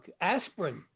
aspirin